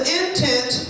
intent